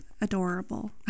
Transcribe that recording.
adorable